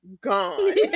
gone